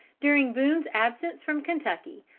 during boone's absence from kentucky,